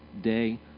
day